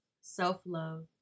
self-love